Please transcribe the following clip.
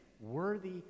worthy